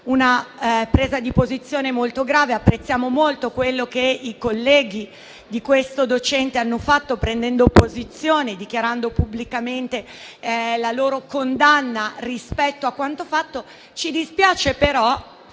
una presa di posizione molto grave; apprezziamo molto quello che i colleghi di questo docente hanno fatto, prendendo posizione e dichiarando pubblicamente la loro condanna di quanto avvenuto. Ci dispiace, però